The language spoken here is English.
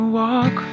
walk